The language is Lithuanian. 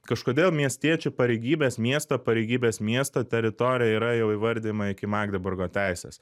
kažkodėl miestiečių pareigybės miesto pareigybės miesto teritorija yra jau įvardijama iki magdeburgo teisės